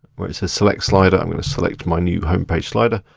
where it says select slider i'm gonna select my new homepage slider.